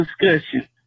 discussion